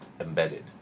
embedded